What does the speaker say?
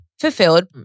fulfilled